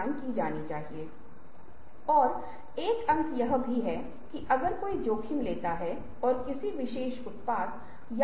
आपने जो किया है वह यह है कि आपने अलग अलग पैकेजिंग की है पर आप उपयोगकर्ताओं के बारे में नहीं सोच रहे हैं